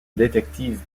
détective